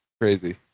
crazy